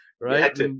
Right